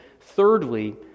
Thirdly